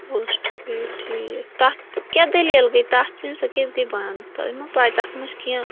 post paid ٹھیٖک تَتھ کیٛاہ دٔلیٖل گٔے تَتھ ہِش سۄ کیٛاہ گٔے بنٛد تۄہہِ مَہ پاے تَتھ مَہ چھِ کیٚںٛہہ